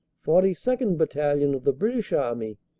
forty second. battalion of the british army,